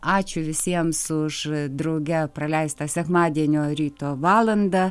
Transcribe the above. ačiū visiems už drauge praleistą sekmadienio ryto valandą